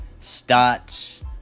stats